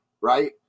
right